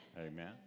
Amen